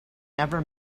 never